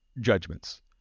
judgments